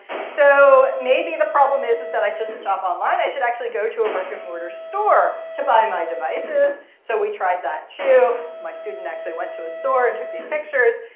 so maybe the problem is is that i shouldn't shop online. i should actually go to a brick and mortar store to buy my devices. so we tried that, too. my student actually went to a store and took these pictures.